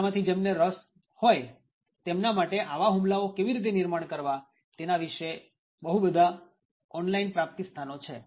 તમારામાંથી જેમને રસ હોય તેમના માટે આવા હુમલાઓ કેવી રીતે નિર્માણ કરવા તેના વિષે ઘણા બધા ઓન લાઈન પ્રાપ્તિ સ્થાનો છે